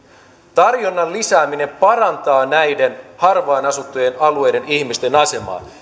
tarjonnan lisääminen parantaa näiden harvaan asuttujen alueiden ihmisten asemaa